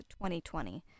2020